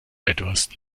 etwas